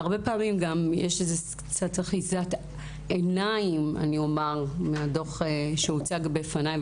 הרבה פעמים יש אחיזת עיניים שעולה מהדוח שהוצג בפניי,